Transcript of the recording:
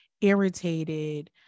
irritated